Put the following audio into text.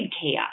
chaos